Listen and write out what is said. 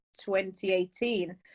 2018